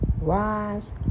rise